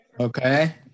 Okay